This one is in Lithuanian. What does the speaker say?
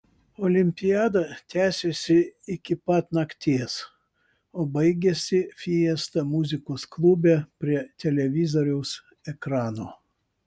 olimpiada tęsėsi iki pat nakties o baigėsi fiesta muzikos klube prie televizoriaus ekrano